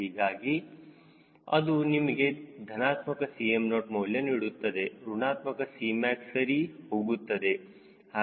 ಹೀಗಾಗಿ ಅದು ನಿಮಗೆ ಧನಾತ್ಮಕ Cm0 ಮೌಲ್ಯ ನೀಡುತ್ತದೆ ಋಣಾತ್ಮಕ Cmac ಸರಿ ಹೋಗುತ್ತದೆ